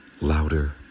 louder